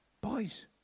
boys